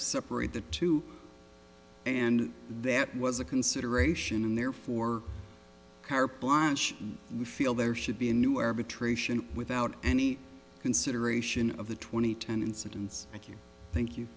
separate the two and that was a consideration and therefore car paunch we feel there should be a new arbitration without any consideration of the twenty ten incidents i q thank you